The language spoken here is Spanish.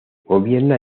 gobierna